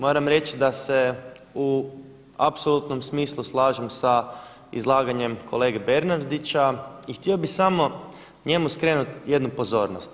Moram reći da se u apsolutnom smislu slažem sa izlaganjem kolege Bernardića i htio bih samo njemu skrenuti jednu pozornost.